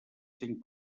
cinc